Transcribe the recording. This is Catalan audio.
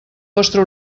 vostre